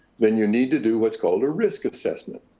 then you need to do what's called a risk assessment,